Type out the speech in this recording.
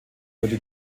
würde